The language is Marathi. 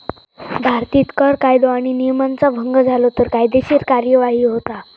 भारतीत कर कायदो आणि नियमांचा भंग झालो तर कायदेशीर कार्यवाही होता